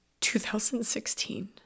2016